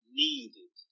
needed